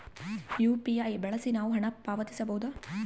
UPI ಬಳಸಿ ನಾವು ಹಣ ಪಾವತಿಸಬಹುದಾ?